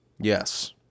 Yes